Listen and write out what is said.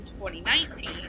2019